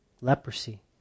Leprosy